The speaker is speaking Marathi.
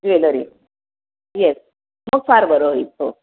ज्वेलरी येस मग फार बरं होईल हो